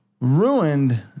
ruined